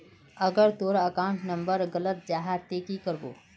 अगर तोर account number गलत जाहा ते की करबो?